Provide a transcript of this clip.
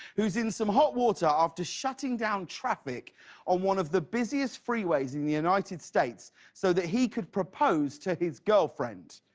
who is in some hot water after shutting down traffic on one of the busiest freeways in the united states so he could propose to his girlfriend.